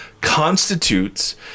constitutes